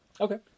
Okay